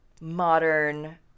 modern